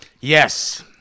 yes